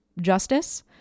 justice